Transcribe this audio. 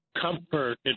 comfort